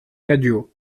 cadio